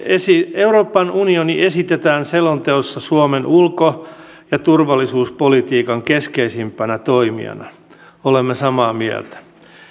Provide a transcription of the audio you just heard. euroopan unioni esitetään selonteossa suomen ulko ja turvallisuuspolitiikan keskeisimpänä toimijana olemme samaa mieltä